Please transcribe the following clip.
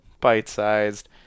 bite-sized